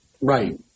Right